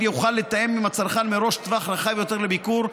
יוכל לתאם עם הצרכן מראש טווח רחב יותר לביקור,